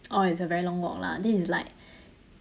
oh it's a very long walk lah this is like